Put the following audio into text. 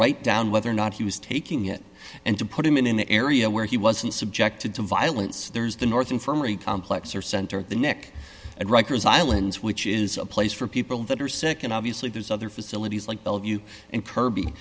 write down whether or not he was taking it and to put him in an area where he wasn't subjected to violence there's the north infirmary complex or center at the neck at rikers island which is a place for people that are sick and obviously there's other facilities like bellevue and kirby